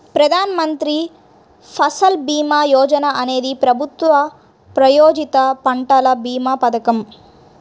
ప్రధాన్ మంత్రి ఫసల్ భీమా యోజన అనేది ప్రభుత్వ ప్రాయోజిత పంటల భీమా పథకం